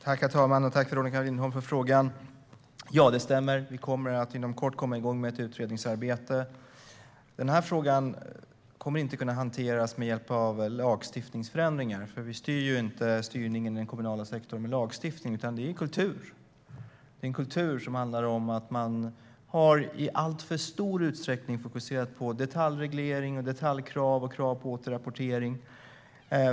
Herr talman! Tack, Veronica Lindholm, för frågan! Ja, det stämmer. Vi kommer inom kort att komma igång med ett utredningsarbete. Den här frågan kommer inte att kunna hanteras med hjälp av ändringar i lagstiftningen eftersom den kommunala sektorn inte styrs genom lagstiftning, utan det är en kultur. Det är en kultur som innebär att man i alltför stor utsträckning har fokuserat på detaljreglering, på detaljkrav och på krav på återrapportering.